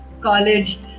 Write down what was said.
college